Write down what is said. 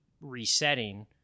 resetting